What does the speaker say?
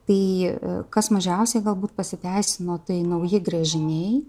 tai kas mažiausiai galbūt pasiteisino tai nauji gręžiniai